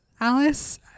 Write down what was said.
Alice